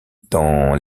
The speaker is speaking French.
dans